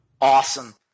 Awesome